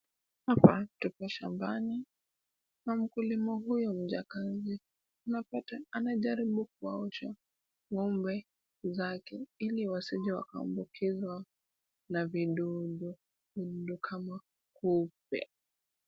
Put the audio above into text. Hapa tuko shambani na mkulima huyu mjakazi. Tunapata amejaribu kuwaosha ng'ombe zake ili wasije wakaambukizwa na vidudu kama kupe.